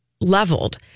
leveled